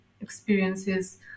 experiences